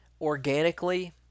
organically